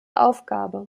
aufgabe